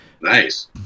Nice